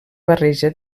barreja